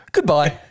Goodbye